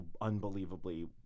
unbelievably